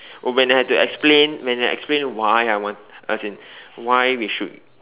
oh when I had to explain when I had to explain why I want as in why we should